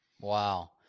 Wow